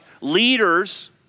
leaders